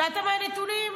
הופתעת מהנתונים,